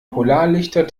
polarlichter